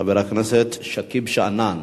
חבר הכנסת שכיב שנאן,